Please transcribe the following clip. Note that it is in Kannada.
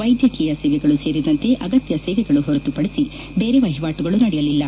ವೈದ್ಯಕೀಯ ಸೇವೆಗಳು ಸೇರಿದಂತೆ ಅಗತ್ಯ ಸೇವೆಗಳು ಹೊರತುಪಡಿಸಿ ಬೇರೆ ವಹಿವಾಟುಗಳು ನಡೆಯಲಿಲ್ಲ